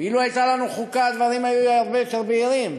ואילו הייתה לנו חוקה הדברים היו הרבה יותר בהירים,